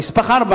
נספח 4